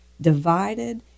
divided